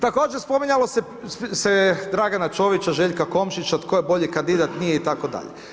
Također spominjalo se je Dragana Čovića, Željka Komšića, tko je bolji kandidat, nije itd.